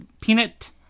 peanut